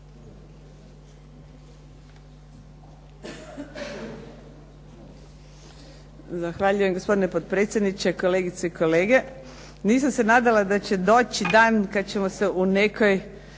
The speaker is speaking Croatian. Zahvaljujem gospodine potpredsjedniče, kolegice i kolege. Nisam se nadala da će doći dan kad ćemo se u nekoj,